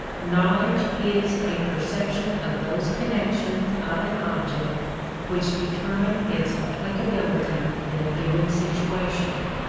knowledge is a perception of those connections of an object which determine its applicability in a given situation.